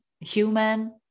human